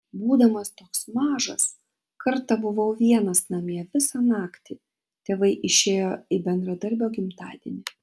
būdamas toks mažas kartą buvau vienas namie visą naktį tėvai išėjo į bendradarbio gimtadienį